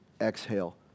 exhale